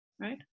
right